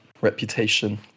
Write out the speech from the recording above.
reputation